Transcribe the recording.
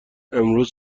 امروز